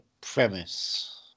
premise